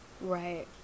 right